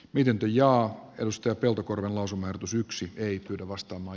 miten ja mistä peltokorven lausumaehdotus yksi ei kuvasta omaa